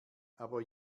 aber